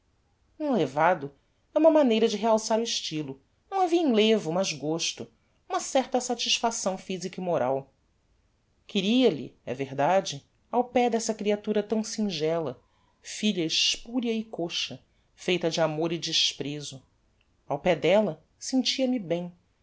manca enlevado é uma maneira de realçar o estylo não havia enlevo mas gosto uma certa satisfação physica e moral queria-lhe é verdade ao pé dessa creatura tão singela filha espuria e coxa feita de amor e desprezo ao pé della sentia-me bem